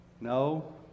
No